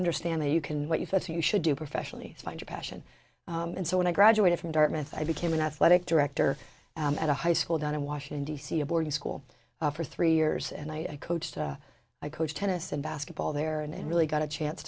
understand that you can what you felt you should do professionally find your passion and so when i graduated from dartmouth i became an athletic director at a high school down in washington d c a boarding school for three years and i coached i coached tennis and basketball there and really got a chance